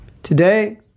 Today